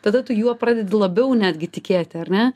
tada tu juo pradedi labiau netgi tikėti ar ne